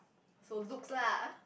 so looks lah